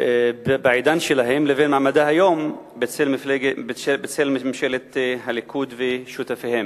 בעידן שלהם לבין מעמדה היום בצל ממשלת הליכוד ושותפיה.